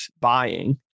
buying